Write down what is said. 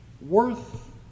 worth